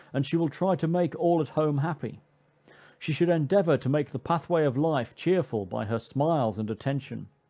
and she will try to make all at home happy she should endeavor to make the pathway of life cheerful by her smiles and attention,